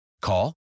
Call